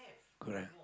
correct